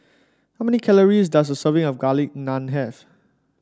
how many calories does a serving of Garlic Naan have